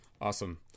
Awesome